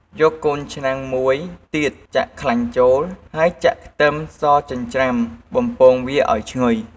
យកកូនឆ្នាំងមួយទៀត ចាក់ខ្លាញ់ចូល ហើយចាក់ខ្ទឹមសចិញ្ច្រាំ បំពងវាឱ្យឈ្ងុយ។